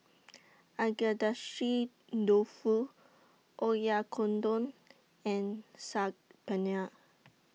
Agedashi Dofu Oyakodon and Saag Paneer